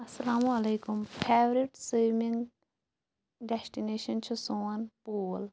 اَسلام علیکُم favourite swimming destination چھِ سون پوٗل